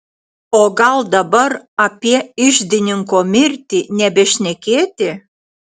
o gal dabar apie iždininko mirtį nebešnekėti